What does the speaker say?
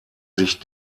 sich